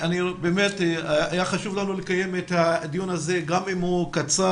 באמת היה חשוב לנו לקיים את הדיון הזה גם אם הוא קצר